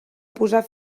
posar